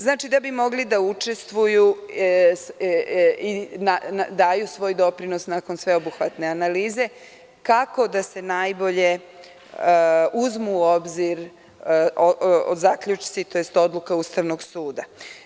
Znači, da bi mogli da učestvuju i daju svoj doprinos nakon sveobuhvatne analize kako da se najbolje uzmu u obzir zaključci tj. odluka Ustavnog suda.